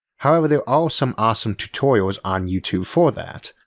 however there are some awesome tutorials on youtube for that.